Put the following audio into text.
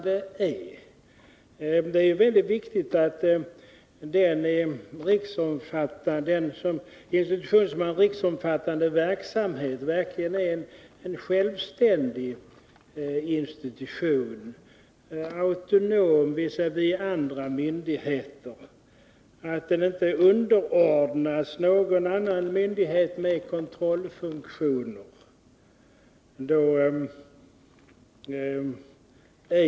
Det är väsentligt att informationscentralen med sin riksomfattande verksamhet verkligen är en självständig institution, autonom visavi andra myndigheter. Den får inte underordnas någon annan myndighet med kontrollfunktioner.